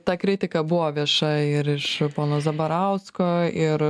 ta kritika buvo vieša ir iš pono zabarausko ir